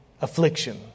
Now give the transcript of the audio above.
affliction